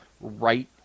right